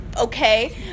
okay